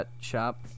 shop